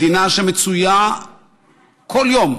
מדינה שמצויה כל יום,